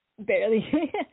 Barely